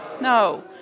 No